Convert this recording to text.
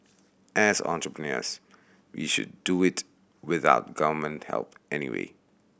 as entrepreneurs we should do it without Government help anyway